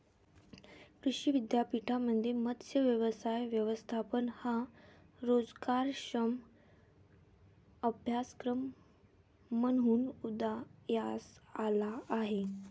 कृषी विद्यापीठांमध्ये मत्स्य व्यवसाय व्यवस्थापन हा रोजगारक्षम अभ्यासक्रम म्हणून उदयास आला आहे